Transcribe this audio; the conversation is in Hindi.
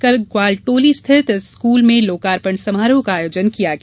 कल ग्वालटोली स्थित इस स्कूल में लोकार्पण समारोह का आयोजन किया गया